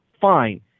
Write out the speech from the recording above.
Fine